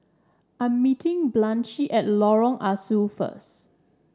I'm meeting Blanchie at Lorong Ah Soo first